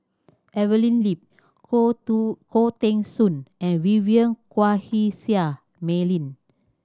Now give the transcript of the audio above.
Evelyn Lip Khoo To Khoo Teng Soon and Vivien Quahe Seah Mei Lin